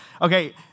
Okay